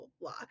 blah